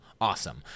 awesome